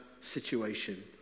situation